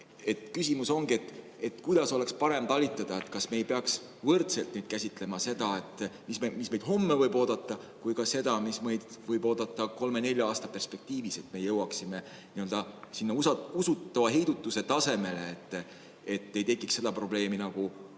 Küsimus ongi, kuidas oleks parem talitada. Kas me ei peaks võrdselt käsitlema nii seda, mis meid homme võib oodata, kui ka seda, mis meid võib oodata kolme-nelja aasta perspektiivis, et me jõuaksime sinna usutava heidutuse tasemele, et ei tekiks seda probleemi nagu